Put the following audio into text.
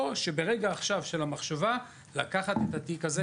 או לקחת את התיק הזה,